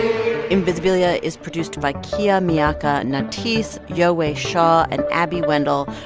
invisibilia is produced by kia miakka natisse, yowei shaw and abby wendle.